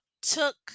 took